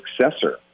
successor